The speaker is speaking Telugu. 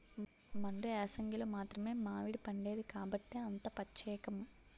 మండు ఏసంగిలో మాత్రమే మావిడిపండేది కాబట్టే అంత పచ్చేకం